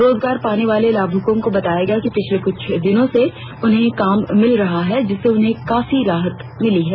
रोजगार पाने वाले लाभुक ने बताया कि पिछले कुछ दिनों से उन्हें काम मिल रहा है जिससे उन्हें काफी राहत मिली है